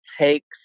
takes